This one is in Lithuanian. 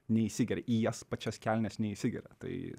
neįsigeria į jas pačias kelnes neįsigeria tai